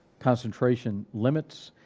concentration limits,